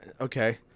okay